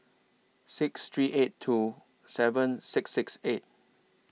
six three eight two seven six six eight